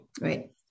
right